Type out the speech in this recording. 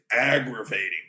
Aggravating